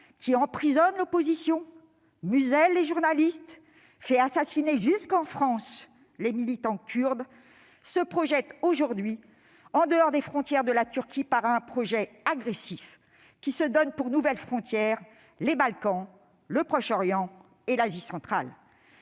qui emprisonne l'opposition, musèle les journalistes ou fait assassiner jusqu'en France les militants kurdes, se projette aujourd'hui en dehors des frontières de la Turquie par un projet agressif qui se donne pour nouvelles frontières les Balkans, le Proche-Orient et l'Asie centrale.